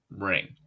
ring